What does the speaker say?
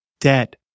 dead